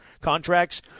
contracts